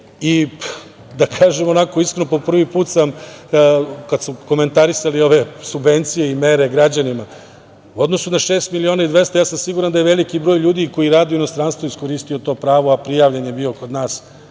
kažem onako iskreno, po prvi put sam, kada su komentarisali ove subvencije i mere građanima, u odnosu na 6.200.000, ja sam siguran da je veliki broj ljudi koji radi u inostranstvu iskoristio to pravo, a prijavljen je bio kod nas